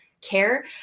care